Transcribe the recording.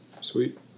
sweet